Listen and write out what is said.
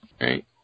right